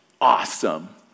awesome